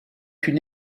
une